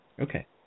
Okay